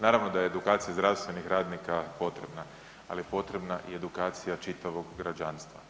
Naravno da je edukacija zdravstvenih radnika potrebna, ali je potrebna i edukacija čitavog građanstva.